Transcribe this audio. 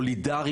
סולידרי,